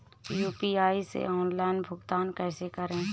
UPI से online भुगतान कैसे करें?